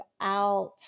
out